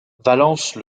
valence